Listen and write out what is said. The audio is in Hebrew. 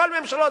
כל הממשלות,